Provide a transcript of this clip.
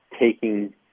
taking